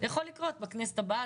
זה יכול לקרות בכנסת הבאה,